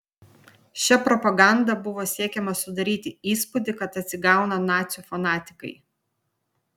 šia propaganda buvo siekiama sudaryti įspūdį kad atsigauna nacių fanatikai